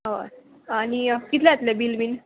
हय आनी कितले येतले बील बीन